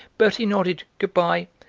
bertie nodded good-bye,